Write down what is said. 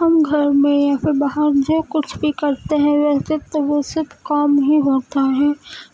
ہم گھر میں یا پھر باہر جو کچھ بھی کرتے ہیں ویسے تو وہ صرف کام ہی ہوتا ہے